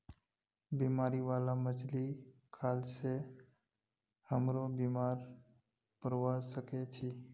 बीमारी बाला मछली खाल से हमरो बीमार पोरवा सके छि